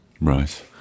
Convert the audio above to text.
Right